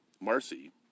Marcy